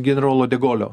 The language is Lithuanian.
generolo de golio